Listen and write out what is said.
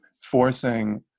forcing